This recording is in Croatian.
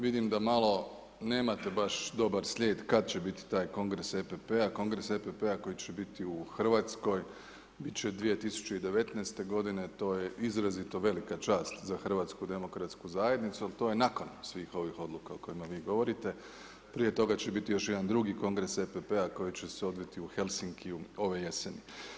Vidim da malo nemate baš dobar slijed kad će biti taj kongres EPP-a, kongres EPP-a koji će biti u Hrvatskoj bit će 2019. godine, to je izrazito velika čast za HDZ, ali to je nakon svih ovih odluka o kojima vi govorite, prije toga će biti još jedan drugi kongres EPP-a koji će se odviti u Helsinkiju ove jeseni.